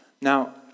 Now